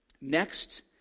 Next